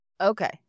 Okay